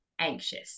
anxious